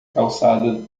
calçada